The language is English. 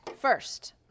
First